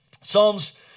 Psalms